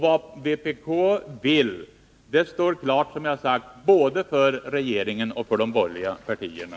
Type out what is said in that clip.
Vad vpk vill står klart för både regeringen och de borgerliga partierna.